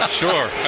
sure